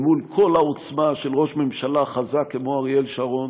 אל מול כל העוצמה של ראש ממשלה חזק כמו אריאל שרון